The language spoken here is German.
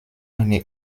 eine